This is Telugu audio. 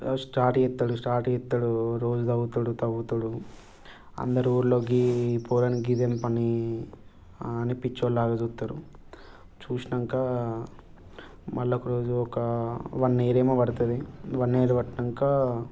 స్టార్ట్ చేస్తాడు స్టార్ట్ చేస్తాడు రోజు తవ్వుతాడు తవ్వుతాడు అందరూ ఊర్లోకి పోరగానికి ఇదేం పని అని పిచ్చోడిలాగా చూస్తారు చసాక మళ్ళీ ఒక రోజు ఒక వన్ ఇయర్ ఏమో పడుతుంది వన్ ఇయర్ పట్టినాక